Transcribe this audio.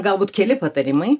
galbūt keli patarimai